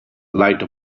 leit